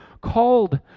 called